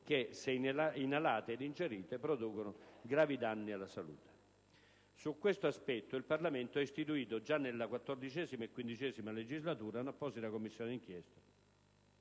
che, se inalate ed ingerite, producono gravi danni alla salute. Su questo aspetto il Parlamento ha istituito, già nella XIV e XV legislatura, un'apposita Commissione di inchiesta.